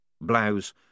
Blouse